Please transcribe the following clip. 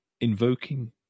invoking